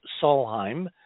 Solheim